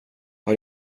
har